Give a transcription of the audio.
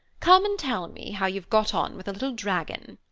come and tell me how you've got on with the little dragon.